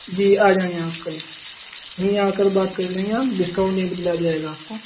جی آ جائیں آپ کل یہیں آ کر بات کر لیں گے ہم ڈسکاؤنٹ یہیں پہ دلا دیا جائے گا آپ کو